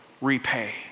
repay